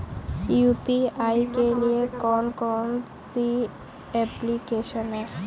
UPI के लिए कौन कौन सी एप्लिकेशन हैं?